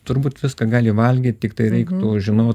turbūt viską gali valgyt tiktai reiktų žinot